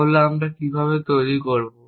তা হল আমরা কীভাবে তৈরি করব